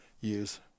use